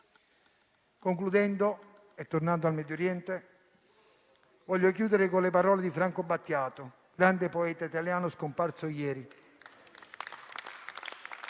Concludendo e tornando al Medio Oriente, voglio chiudere con le parole di Franco Battiato, grande poeta italiano scomparso ieri.